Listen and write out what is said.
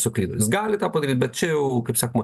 suklydus gali tą padaryt bet čia jau kaip sakoma